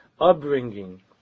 Upbringing